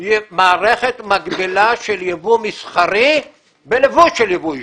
מערכת מקבילה של יבוא מסחרי בלבוש של יבוא אישי,